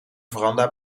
veranda